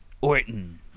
Orton